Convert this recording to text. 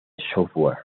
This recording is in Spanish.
software